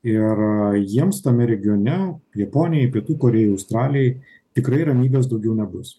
ir jiems tame regione japonijai pietų korėjai australijai tikrai ramybės daugiau nebus